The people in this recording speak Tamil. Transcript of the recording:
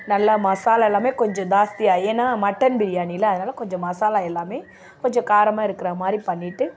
நல்லா மசாலா எல்லாம் கொஞ்சம் ஜாஸ்தியாக ஏன்னா மட்டன் பிரியாணியில் அதனால கொஞ்சம் மசாலா எல்லாம் கொஞ்சம் காரமாக இருக்கிற மாதிரி பண்ணிவிட்டு